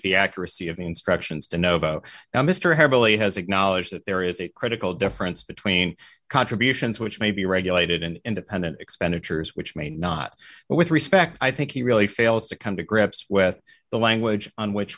the accuracy of the instructions to know about now mr heavily has acknowledged that there is a critical difference between contributions which may be regulated and independent expenditures which may not but with respect i think he really fails to come to grips with the language on which